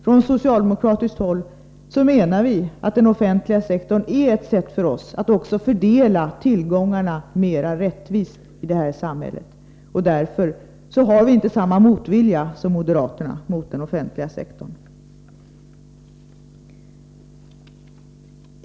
Från socialdemokratiskt håll menar vi att den offentliga sektorn också ger oss en möjlighet att fördela tillgångarna mera rättvist i samhället. Därför har vi inte samma motvilja som moderaterna mot den offentliga sektorn.